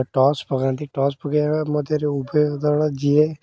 toss ପକାନ୍ତି toss ପକାଇବା ମଧ୍ୟରେ ଉଭୟ ଦଳ ଯିଏ